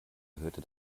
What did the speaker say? hörte